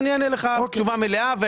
אני אענה לך תשובה מלאה,